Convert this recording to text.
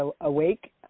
awake